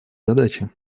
задачи